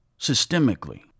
systemically